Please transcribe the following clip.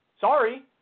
Sorry